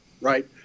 right